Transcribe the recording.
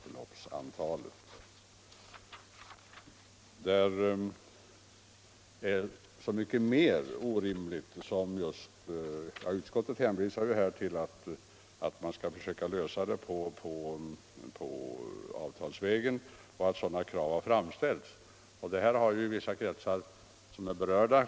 Detta har i berörda kretsar givetvis väckt berättigad uppmärksamhet och kritik. Nr 76 Utskottet hänvisar till att man skall lösa problemet avtalsvägen och att sådana krav redan har framställts.